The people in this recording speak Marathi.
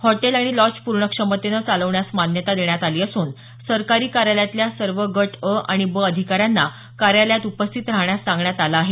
हॉटेल आणि लॉज पूर्ण क्षमतेन चालवण्यास मान्यता देण्यात आली असून सरकारी कार्यालयातल्या सर्व गट अ आणि ब अधिकाऱ्यांना कार्यालयात उपस्थित राहण्यास सांगण्यात आलं आहे